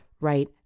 right